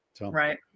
Right